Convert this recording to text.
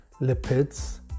lipids